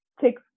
take